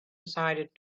decided